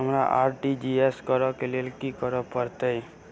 हमरा आर.टी.जी.एस करऽ केँ लेल की करऽ पड़तै?